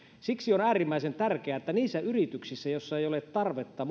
siksi on äärimmäisen tärkeää että niissä yrityksissä joissa ei ole tarvetta